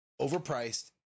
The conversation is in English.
overpriced